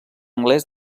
anglès